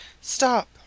Stop